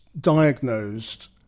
diagnosed